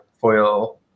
foil